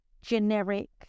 generic